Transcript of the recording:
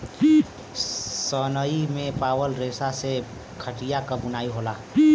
सनई से पावल रेसा से खटिया क बुनाई होला